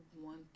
one